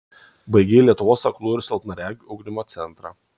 baigei lietuvos aklųjų ir silpnaregių ugdymo centrą